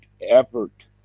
effort